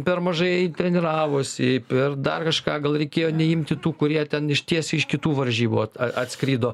per mažai treniravosi per dar kažką gal reikėjo neimti tų kurie ten iš tiesiai iš kitų varžybų atskrido